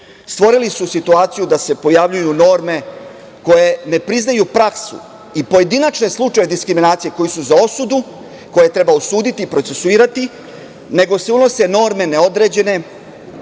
stvorili su situaciju da se pojavljuju norme, koje ne priznaju praksu i pojedinačne slučajeve, diskriminacije koji su za osudu i koje treba osuditi, procesuirati, nego se unose norme neodređene,